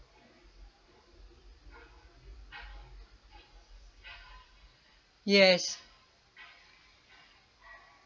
yes